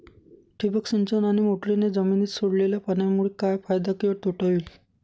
ठिबक सिंचन आणि मोटरीने जमिनीत सोडलेल्या पाण्यामुळे काय फायदा किंवा तोटा होईल?